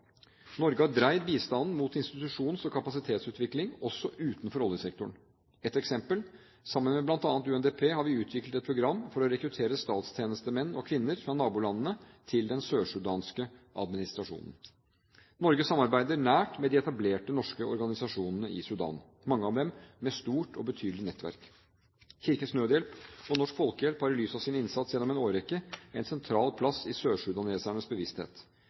Norge har dreid bistanden mot institusjons- og kapasitetsutvikling, også utenfor oljesektoren. Et eksempel: Sammen med bl.a. UNDP har vi utviklet et program for å rekruttere statstjenestemenn og -kvinner fra nabolandene til den sørsudanske administrasjonen. Norge samarbeider nært med de etablerte norske organisasjonene i Sudan, mange av dem med stort og betydelig nettverk. Kirkens Nødhjelp og Norsk Folkehjelp har – i lys av sin innsats gjennom en årrekke – en sentral plass i sørsudanernes bevissthet.